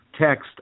text